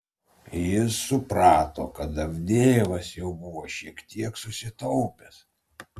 jis suprato kad avdejevas jau buvo šiek tiek susitaupęs